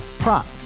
Prop